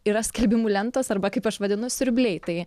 yra skelbimų lentos arba kaip aš vadinu siurbliai tai